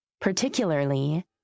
particularly